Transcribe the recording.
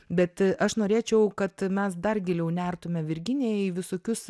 bet aš norėčiau kad mes dar giliau nertume virginija į visokius